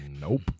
nope